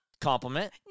Compliment